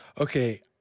Okay